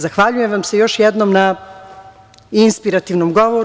Zahvaljujem vam se još jednom na inspirativnom govoru.